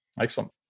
Excellent